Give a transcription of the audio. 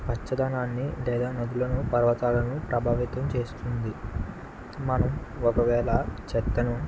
పచ్చదనాన్ని లేదా నదులను పర్వతాలను ప్రభావితం చేస్తుంది మనం ఒకవేళ చెత్తను